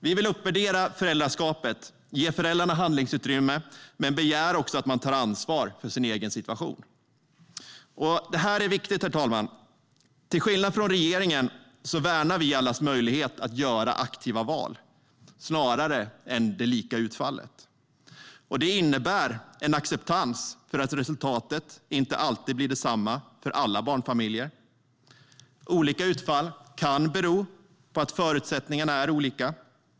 Vi vill uppvärdera föräldraskapet och ge föräldrarna handlingsutrymme, men vi begär också att man tar ansvar för sin egen situation. Detta är viktigt, herr talman. Till skillnad från regeringen värnar vi allas möjligheter att göra aktiva val snarare än det lika utfallet. Det innebär en acceptans för att resultatet inte alltid blir detsamma för alla barnfamiljer. Olika utfall kan bero på att förutsättningarna är olika.